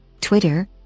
Twitter